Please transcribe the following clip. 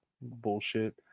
bullshit